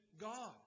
God